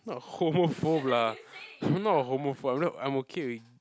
not a homophobe lah I'm not a homophobe lah I'm okay with